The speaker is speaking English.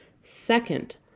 Second